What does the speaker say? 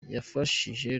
yafashije